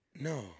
No